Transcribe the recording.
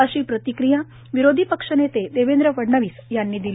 अशी प्रतिक्रीया विरोधी पक्षनेते देवेंद्र फडणवीस यांनी दिली